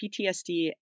PTSD